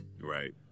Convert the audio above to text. Right